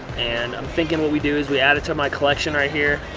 and i'm thinking what we do is we add it to my collection right here.